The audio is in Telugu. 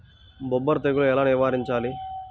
బొబ్బర తెగులు ఎలా నివారించాలి?